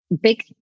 big